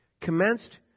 commenced